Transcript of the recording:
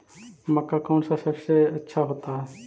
मक्का कौन सा सबसे अच्छा होता है?